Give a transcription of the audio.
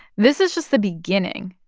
this is just the beginning.